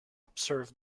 observed